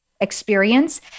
experience